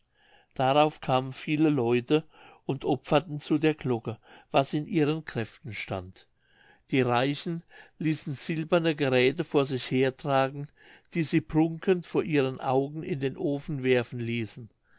darauf kamen viele leute und opferten zu der glocke was in ihren kräften stand die reichen ließen silberne geräthe vor sich hertragen die sie prunkend vor ihren augen in den ofen werfen ließen